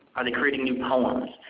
are they creating new poems?